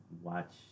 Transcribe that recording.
watch